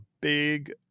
big